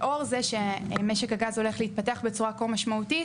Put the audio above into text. לאור זה שמשק הגז הולך להתפתח בצורה כה משמעותית,